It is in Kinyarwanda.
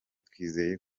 twizeye